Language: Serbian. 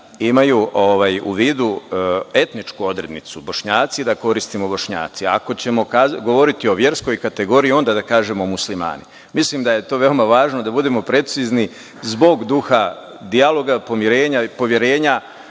imaju u vidu etničku odrednicu Bošnjaci da koristimo Bošnjaci, ako ćemo govoriti o verskoj kategoriji onda da kažemo Muslimani. Mislim da je to veoma važno da budemo precizni zbog duha dijaloga, pomirenja i poverenja.